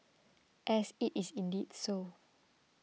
and it is indeed so